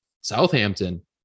Southampton